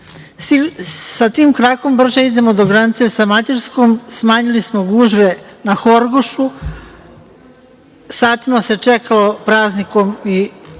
Sa tim krakom brže idemo do granice sa Mađarskom, smanjili smo gužve na Horgošu, satima se čekalo praznikom i